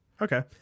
okay